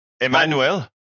Emmanuel